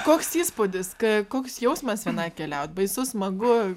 koks įspūdis ka koks jausmas vienai keliaut baisu smagu